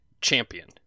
Champion